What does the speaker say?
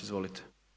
Izvolite.